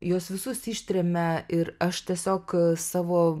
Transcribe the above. juos visus ištremia ir aš tiesiog savo